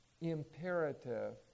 imperative